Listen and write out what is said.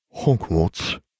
Hogwarts